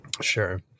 Sure